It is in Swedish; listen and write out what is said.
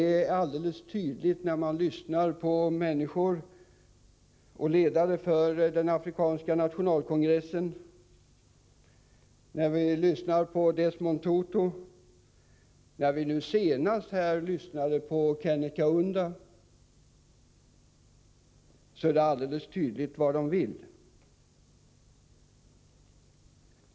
När vi lyssnar på människor och på ledare för den afrikanska nationalkongressen, när vi lyssnar på Desmond Tutu, och när vi senast lyssnade på Kenneth Kaunda, är det helt tydligt vad de vill.